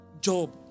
job